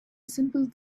simple